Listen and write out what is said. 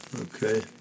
Okay